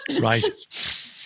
Right